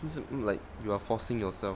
不是 like you're forcing yourself